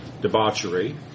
debauchery